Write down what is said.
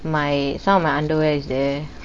my some of my underwear is there